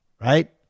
right